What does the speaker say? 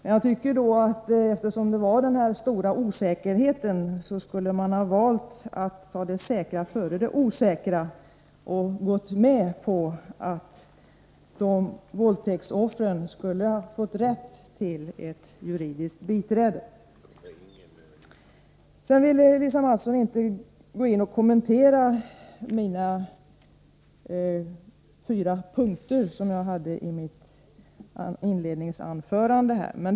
Socialdemokraterna borde enligt min mening ha valt det säkra före det osäkra och gått med på förslaget att våldtäktsoffren skall ha rätt till juridiskt biträde. Lisa Mattson ville sedan inte kommentera de fyra punkterna i mitt inledningsanförande.